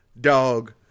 Dog